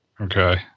Okay